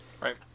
right